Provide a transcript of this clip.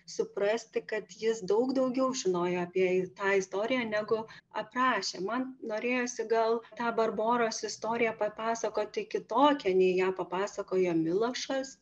suprasti kad jis daug daugiau žinojo apie tą istoriją negu aprašė man norėjosi gal tą barboros istoriją papasakoti kitokią nei ją papasakojo milošas